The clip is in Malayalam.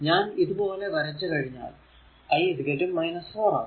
ഞാൻ ഇത് ഇതുപോലെ വരച്ചു കഴിഞ്ഞാൽ I 4 ആകും